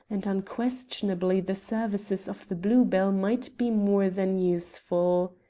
and unquestionably the services of the blue-bell might be more than useful.